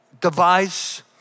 device